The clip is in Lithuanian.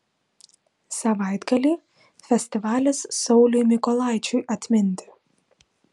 savaitgalį festivalis sauliui mykolaičiui atminti